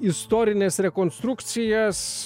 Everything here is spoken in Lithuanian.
istorines rekonstrukcijas